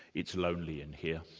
it's lonely in here.